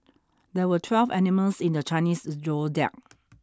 there were twelve animals in the Chinese zodiac